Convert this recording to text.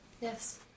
Yes